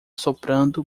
soprando